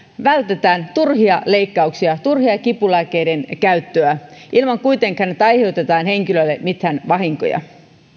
vältetään turhia leikkauksia turhaa kipulääkkeiden käyttöä ilman että kuitenkaan aiheutetaan henkilölle mitään vahinkoja